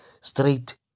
straight